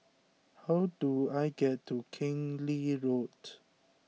how do I get to Keng Lee Road